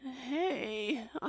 Hey